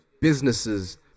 businesses